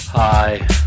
Hi